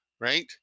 right